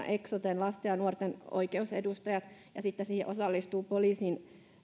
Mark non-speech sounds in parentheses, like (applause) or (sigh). (unintelligible) eksoten lasten ja nuorten oikeusedustajat ja sitten siihen osallistuvat poliisin